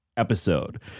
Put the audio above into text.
episode